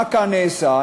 ומה כאן נעשה?